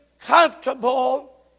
comfortable